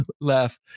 laugh